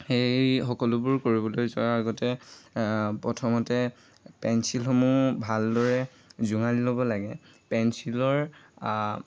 সেই সকলোবোৰ কৰিবলৈ যোৱাৰ আগতে প্ৰথমতে পেঞ্চিলসমূহ ভালদৰে জোঙালি ল'ব লাগে পেঞ্চিলৰ